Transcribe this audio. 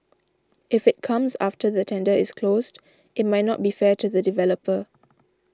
if it comes after the tender is closed it might not be fair to the developer